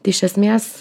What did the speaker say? tai iš esmės